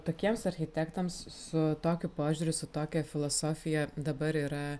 tokiems architektams su tokiu požiūriu su tokia filosofija dabar yra